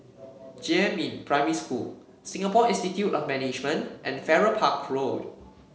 Jiemin Primary School Singapore Institute of Management and Farrer Park Road